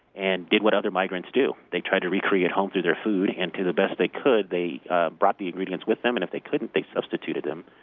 and did what other migrants do they tried to recreate home through their food. and to the best they could, they ah brought the ingredients with them. and if they couldn't, they substituted them.